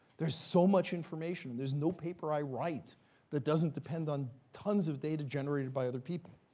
there's so much information. and there's no paper. i write that doesn't depend on tons of data generated by other people.